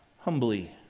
humbly